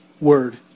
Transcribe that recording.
Word